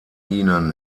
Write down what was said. ihnen